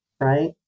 right